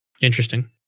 Interesting